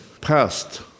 passed